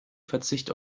verzicht